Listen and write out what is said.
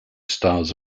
styles